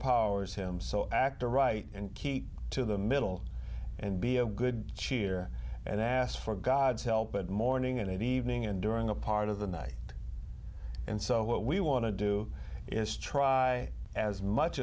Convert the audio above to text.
powers him so act the right and keep to the middle and be a good cheer and ask for god's help at morning and evening and during a part of the night and so what we want to do is try as much